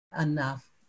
enough